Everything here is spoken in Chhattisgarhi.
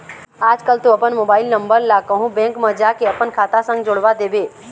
आजकल तो अपन मोबाइल नंबर ला कहूँ बेंक म जाके अपन खाता संग जोड़वा देबे